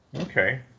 Okay